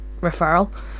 referral